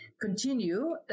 continue